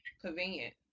convenient